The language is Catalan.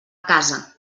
casa